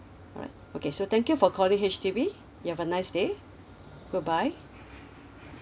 alright okay so thank you for calling H_D_B you have a nice day goodbye